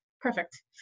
perfect